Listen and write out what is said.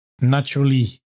naturally